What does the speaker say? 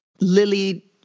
Lily